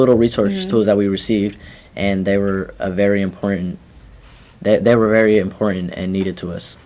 little resources to that we received and they were very important that they were very important and needed to us